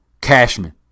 Cashman